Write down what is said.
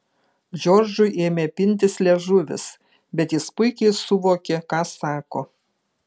džordžui ėmė pintis liežuvis bet jis puikiai suvokė ką sako